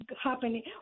happening